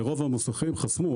לרוב המוסכים חסמו,